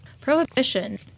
Prohibition